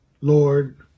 Lord